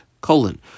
Colon